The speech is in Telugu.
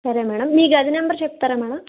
సరే మేడం మీ గది నెంబర్ చెప్తారా మేడం